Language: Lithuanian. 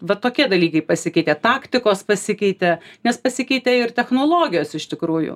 va tokie dalykai pasikeitė taktikos pasikeitė nes pasikeitė ir technologijos iš tikrųjų